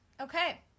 Okay